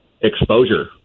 exposure